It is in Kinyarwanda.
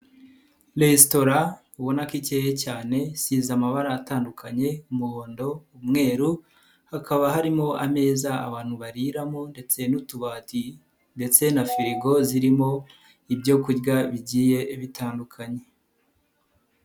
Resitora ubona ko ikeye cyane isize amabara atandukanye umuhondo, umweru, hakaba harimo ameza abantu bariramo ndetse n'utubati ndetse na firigo zirimo ibyo kurya bigiye bitandukanye.